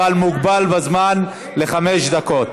אבל הוא מוגבל בזמן לחמש דקות.